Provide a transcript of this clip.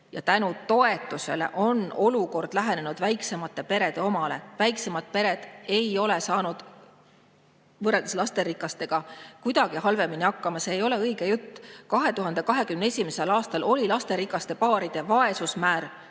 Tänu toetusele on nende olukord lähenenud väiksemate perede olukorrale. Väiksemad pered ei ole saanud võrreldes lasterikastega kuidagi halvemini hakkama, see ei ole õige jutt. 2021. aastal oli lasterikaste paaride vaesusmäär